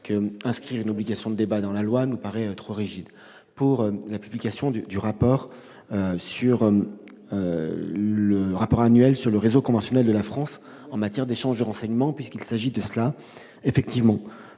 et inscrire une obligation de débat dans la loi serait trop rigide. Concernant la publication du rapport annuel sur le réseau conventionnel de la France en matière d'échange de renseignements, puisqu'il s'agit de cela, en effet,